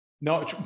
No